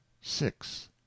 six